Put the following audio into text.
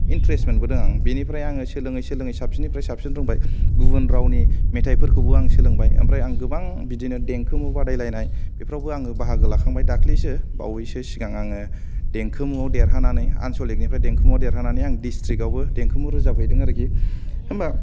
interest मोनबोदों आं बेनिफ्राइ आं सोलोङै सोलोङै साबसिननिख्रुइ साबसिन रोंबाय गुबुन रावनि मेथाइफोरखौबो आं सोलोंबाय आमफ्राय आं गोबां बिदिनो देंखोमु बादायलायनाय बेफ्रावबो आङो बाहागो लाखांबाय दाखालिसो बावैसो सिगां आङो देंखो मुयाव देरहानानै आनचलिकनिफ्राय देंखोमुयाव देरहानानै डिसथ्रिकावबो देंखोमु रोजाब हैदों आरिखि होमबा